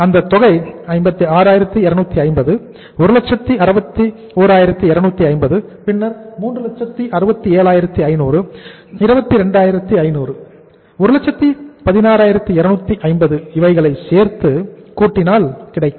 அந்த தொகை 56250 161250 பின்னர் 367500 22500 116250 இவைகளை சேர்த்து கூட்டினால் கிடைக்கும்